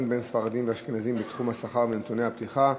בין ספרדים לאשכנזים בתחום השכר ובנתוני הפתיחה